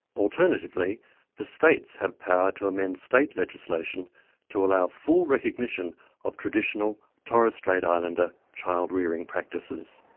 alternatively, the states have power to amend state legislation to allow full recognition of traditional, torres strait islander child rearing practices.